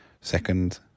second